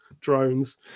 drones